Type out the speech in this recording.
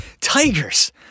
Tigers